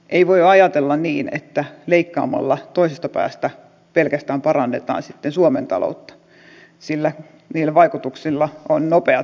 ei voi ajatella niin että leikkaamalla toisesta päästä pelkästään parannetaan sitten suomen taloutta sillä niillä vaikutuksilla on nopeat seuraukset myös tänne